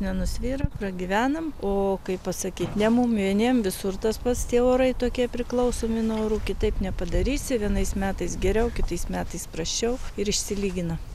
nenusvyra pragyvenam o kaip pasakyt ne mum vieniem visur tas pats tie orai tokie priklausomi nuo orų kitaip nepadarysi vienais metais geriau kitais metais prasčiau ir išsilygina